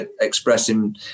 expressing